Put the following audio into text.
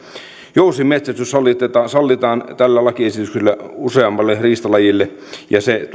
jousimetsästys sallitaan sallitaan tällä lakiesityksellä useammalle riistalajille se